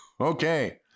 Okay